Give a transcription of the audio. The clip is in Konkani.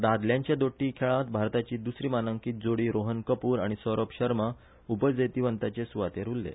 दादल्यांच्या दोट्टी खेळांत भारताची दुसरी मानांकित जोडी रोहन कपुर आनी सौरभ शर्मा उपजैतिवंताचे सुवातेर उरले